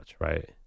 right